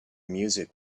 music